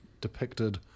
depicted